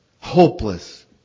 hopeless